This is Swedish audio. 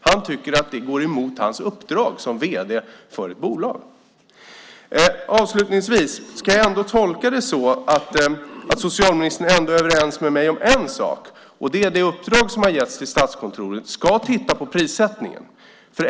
Han tycker att det går emot hans uppdrag som vd för ett bolag. Avslutningsvis: Ska jag tolka det så att socialministern ändå är överens med mig om en sak, att det uppdrag som har getts till Statskontoret är att titta på prissättningen?